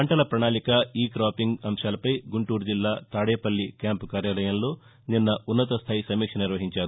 పంటల ప్రణాళిక ఇ క్రాపింగ్ అంశాలపై గుంటూరు జిల్లా తాడేపల్లి క్యాంపు కార్యాలయంలో నిన్న ఉన్నత స్తాయి సమీక్ష నిర్వహించారు